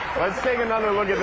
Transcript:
let's take another look